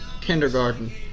kindergarten